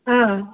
ಹಾಂ